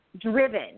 driven